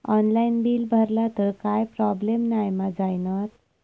Online bill भरला तर काय प्रोब्लेम नाय मा जाईनत?